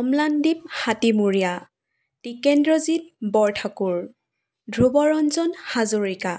Amlandwip Hatimuria Tikendrajit Barthakur Dhrubaranjan Hazarika